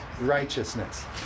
righteousness